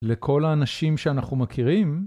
לכל האנשים שאנחנו מכירים.